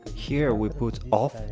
here we put off